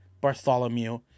Bartholomew